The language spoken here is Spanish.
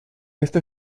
este